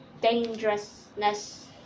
dangerousness